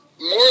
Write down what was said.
more